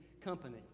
company